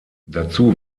dazu